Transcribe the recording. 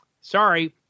sorry